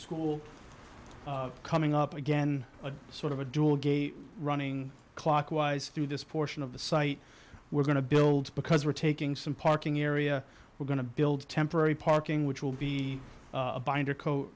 school coming up again a sort of a dual gate running clockwise through this portion of the site we're going to build because we're taking some parking area we're going to build temporary parking which will be a binder coat